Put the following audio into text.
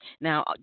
Now